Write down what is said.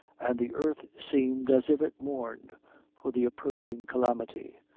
and the earth seemed as if it mourned for the approaching calamity,